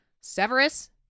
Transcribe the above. Severus